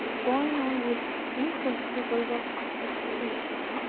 going on with inconceivable expedition,